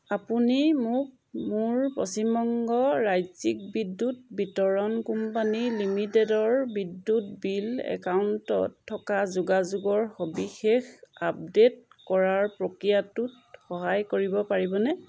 আপুনি মোক মোৰ পশ্চিম বংগ ৰাজ্যিক বিদ্যুৎ বিতৰণ কোম্পানী লিমিটেডৰ বিদ্যুৎ বিল একাউণ্টত থকা যোগাযোগৰ সবিশেষ আপডে'ট কৰাৰ প্ৰক্ৰিয়াটোত সহায় কৰিব পাৰিবনে